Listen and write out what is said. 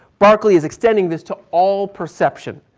barclay is extending this to all perception.